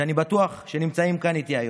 שאני בטוח שנמצאים כאן איתי היום,